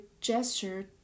gesture